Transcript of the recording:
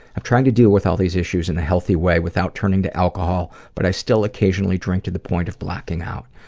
i'm trying to deal with all these issues in a healthy way without turning to alcohol, but i still occasionally drink to the point of blacking out.